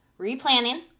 Replanning